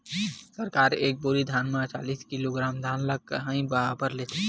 सरकार एक बोरी धान म चालीस किलोग्राम धान ल ही काबर लेथे?